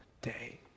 day